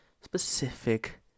specific